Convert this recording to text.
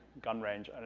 gun range,